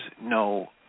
no